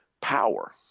power